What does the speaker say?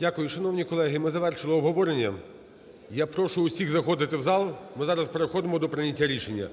Дякую. Шановні колеги, ми завершили обговорення. Я прошу усіх заходити в зал, ми зараз переходимо до прийняття рішення.